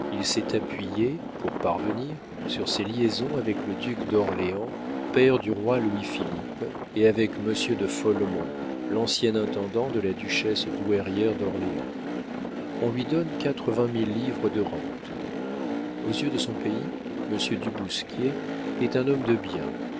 il s'est appuyé pour parvenir sur ses liaisons avec le duc d'orléans père du roi louis-philippe et avec monsieur de folmon l'ancien intendant de la duchesse douairière d'orléans on lui donne quatre-vingt mille livres de rente aux yeux de son pays monsieur du bousquier est un homme de bien